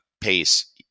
Pace